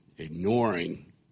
ignoring